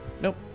Nope